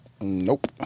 Nope